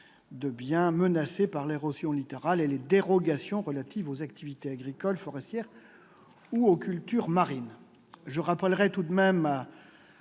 des biens menacés par l'érosion littorale et les dérogations relatives aux activités agricoles et forestières ou aux cultures marines. Je rappelle tout de même,